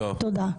תודה.